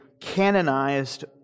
canonized